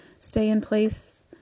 stay-in-place